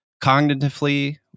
Cognitively